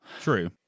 True